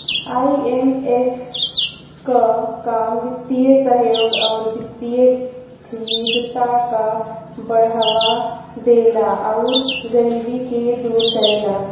IMF क काम वित्तीय सहयोग आउर वित्तीय स्थिरता क बढ़ावा देला आउर गरीबी के दूर करेला